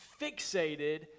fixated